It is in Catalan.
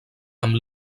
amb